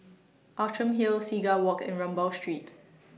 Outram Hill Seagull Walk and Rambau Street